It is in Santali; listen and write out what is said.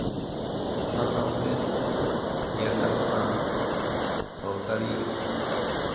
ᱚᱱᱟ ᱥᱟᱶᱛᱮ ᱧᱮᱞ ᱜᱟᱱᱚᱜᱼᱟ ᱥᱚᱨᱠᱟᱨᱤ